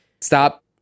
Stop